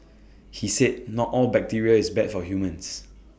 he said not all bacteria is bad for humans